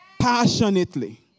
passionately